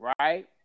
right